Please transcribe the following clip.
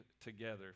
together